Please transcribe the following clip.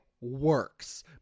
works